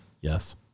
Yes